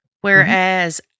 Whereas